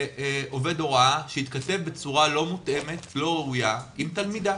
עובד הוראה שהתכתב בצורה לא ראויה עם תלמידה.